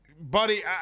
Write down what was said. Buddy